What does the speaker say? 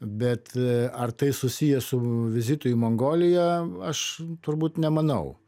bet e ar tai susiję su vizitu į mongolija aš turbūt nemanau